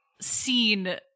seen